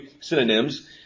synonyms